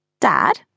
Dad